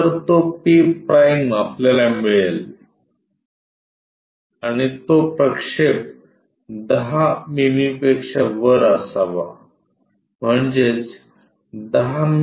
तर तो p' आपल्याला मिळेल आणि तो प्रक्षेप 10 मिमीपेक्षा वर असावा म्हणजेच 10 मि